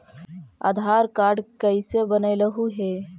आधार card कईसे बनैलहु हे?